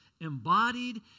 embodied